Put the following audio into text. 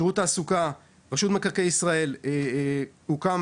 שירות התעסוקה, רשות מקרקעי ישראל, הוקם